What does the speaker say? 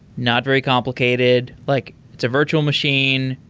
not very complicated. like it's a virtual machine.